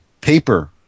paper